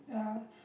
ya